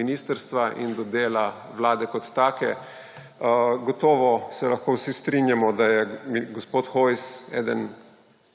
ministrstva in do dela vlade kot take. Gotovo se lahko vsi strinjamo, da je gospod Hojs eden